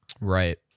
Right